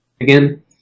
again